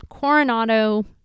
Coronado